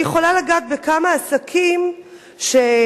אני יכולה לגעת בכמה עסקים שמחייבים